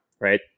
right